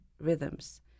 rhythms